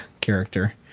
character